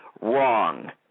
Wrong